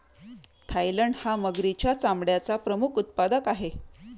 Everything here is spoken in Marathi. थायलंड हा मगरीच्या चामड्याचा प्रमुख उत्पादक आहे